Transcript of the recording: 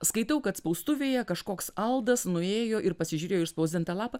skaitau kad spaustuvėje kažkoks aldas nuėjo ir pasižiūrėjo išspausdintą lapą